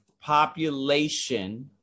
population